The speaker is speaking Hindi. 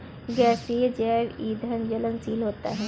गैसीय जैव ईंधन ज्वलनशील होता है